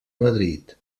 madrid